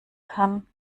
kann